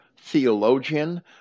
theologian